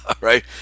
Right